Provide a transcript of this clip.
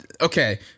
Okay